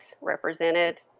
represented